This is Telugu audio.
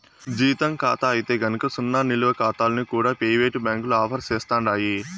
జీతం కాతా అయితే గనక సున్నా నిలవ కాతాల్ని కూడా పెయివేటు బ్యాంకులు ఆఫర్ సేస్తండాయి